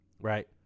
Right